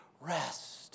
rest